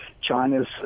China's